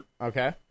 Okay